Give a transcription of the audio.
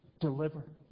deliver